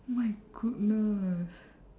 oh my goodness